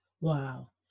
Wow